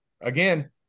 again